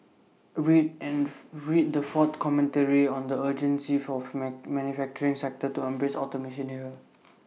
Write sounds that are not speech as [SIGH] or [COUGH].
read and [NOISE] read the fourth commentary on the urgency forth met manufacturing sector to embrace automation here